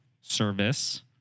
Service